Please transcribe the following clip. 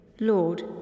Lord